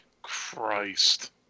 Christ